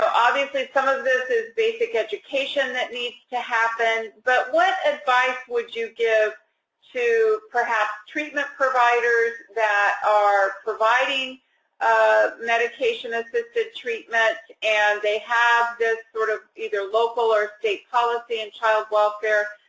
obviously some of this is basic education that needs to happen, but what advice would you give to treatment providers that are providing medication-assisted treatment, and they have this sort of either local or state policy in child welfare.